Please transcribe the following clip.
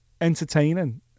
entertaining